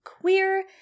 queer